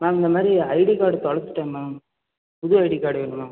ma'am இந்தமாதிரி ID card தொலைச்சிட்டேன் ma'am புது ஐடி கார்ட் வேணும் மேம்